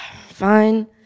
fine